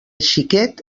xiquet